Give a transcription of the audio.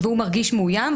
הוא מרגיש מאוים,